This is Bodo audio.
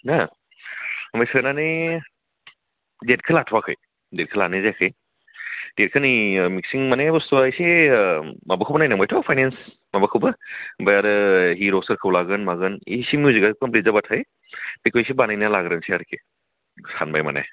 ना ओमफ्राय सोनानै डेटखौ लाथ'वाखै डेटखौ लानाय जायाखै डेटखौ नै मिक्सिं माने बसथुवा इसे ओम माबाखौबो नायनांबायथ' फाइनान्स माबाखौबो ओमफ्राय आरो हिर'आ सोरखौ लागोन मागोन इसे मिउजिकआ कमप्लिट जाबाथाय बेखौ इसे बानायना लाग्रोनोसै आरोखि बेखौ सानबाय माने